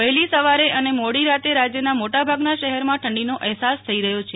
વહેલી સવારે અને મોડી રાતે રાજ્યના મોટાભાગના શહેરમાં ઠંડીનો અહેસાસ થઈ રહ્યો છે